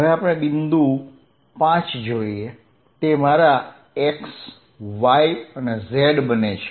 હવે આપણે બિંદુ 5 જોઈએ તે મારા x y z બને છે